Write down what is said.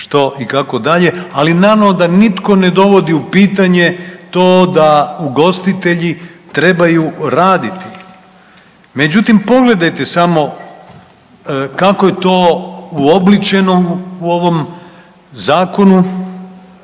ali naravno da nitko ne dovodi u pitanje to da ugostitelji trebaju raditi. Međutim, pogledajte samo kako je to uobličeno u ovom zakonu